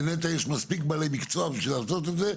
לנת"ע יש מספיק בעלי מקצוע לעשות את זה,